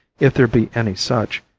if there be any such,